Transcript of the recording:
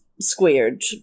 squared